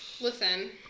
Listen